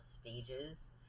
stages